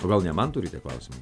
o gal ne man turite klausimų